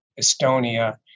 Estonia